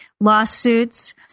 lawsuits